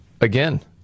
Again